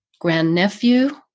grandnephew